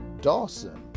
Dawson